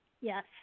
Yes